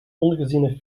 ongeziene